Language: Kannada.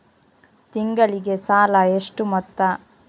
ತಿಂಗಳಿಗೆ ಸಾಲ ಎಷ್ಟು ಮೊತ್ತ?